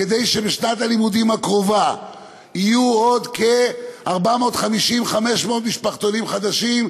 כדי שבשנת הלימודים הקרובה יהיו עוד 450 500 משפחתונים חדשים,